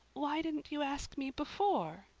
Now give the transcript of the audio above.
why didn't you ask me before?